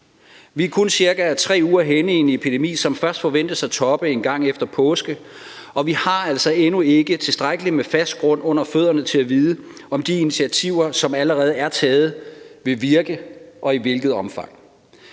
Vi er kun ca. 3 uger henne i en epidemi, som først forventes at toppe engang efter påske, og vi har altså endnu ikke tilstrækkelig med fast grund under fødderne til at vide, om de initiativer, som allerede er taget, vil virke og i hvilket omfang.